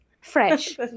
fresh